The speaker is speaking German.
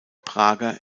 prager